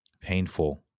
painful